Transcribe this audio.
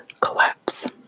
collapse